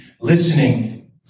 listening